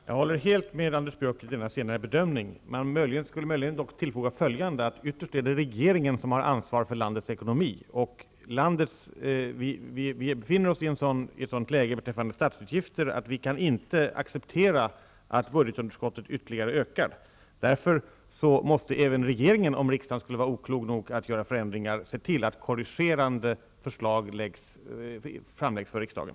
Herr talman! Jag håller helt med Anders Björck i denna senare bedömning. Man skulle kunna tillföra följande. Ytterst är det regeringen som har ansvaret för landets ekonomi. Sverige befinner sig i ett sådant läge beträffande statsutgifterna att det inte går att acceptera att budgetunderskottet ökar. Därför måste även regeringen, om riksdagen skulle vara oklok nog att införa förändringar, se till att korrigerande förslag läggs fram för riksdagen.